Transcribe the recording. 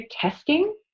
testing